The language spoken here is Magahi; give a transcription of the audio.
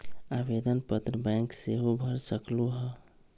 आवेदन पत्र बैंक सेहु भर सकलु ह?